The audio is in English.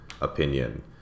opinion